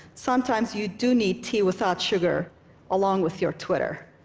sometimes you do need tea without sugar along with your twitter.